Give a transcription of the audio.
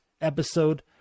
episode